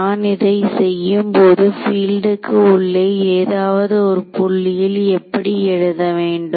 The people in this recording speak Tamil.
நான் இதை செய்யும் போது பீல்டுக்கு உள்ளே ஏதாவது ஒரு புள்ளியில் எப்படி எழுத வேண்டும்